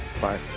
Bye